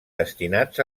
destinats